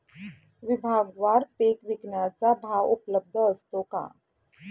विभागवार पीक विकण्याचा भाव उपलब्ध असतो का?